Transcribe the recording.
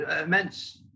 immense